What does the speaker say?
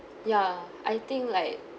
ya I think like